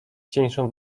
cieńszą